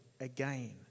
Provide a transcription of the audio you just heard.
again